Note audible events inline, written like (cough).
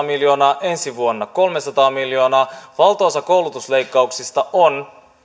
(unintelligible) miljoonaa ensi vuonna kolmesataa miljoonaa valtaosa koulutusleikkauksista on